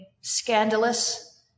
scandalous